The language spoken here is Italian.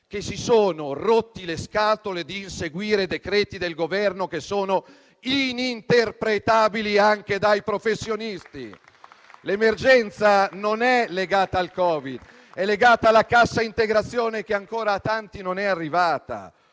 che si sono rotti le scatole di inseguire decreti del Governo, che sono ininterpretabili anche dai professionisti. L'emergenza non è legata al Covid-19, ma è legata alla cassa integrazione, che a tanti ancora non è arrivata.